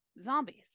zombies